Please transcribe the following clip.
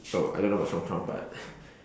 oh I don't know what's front part